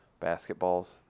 basketballs